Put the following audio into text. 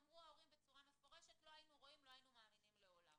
אמרו ההורים בצורה מפורשת שלולא היו רואים לא היו מאמינים לעולם.